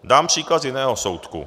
Dám příklad z jiného soudku.